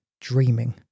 dreaming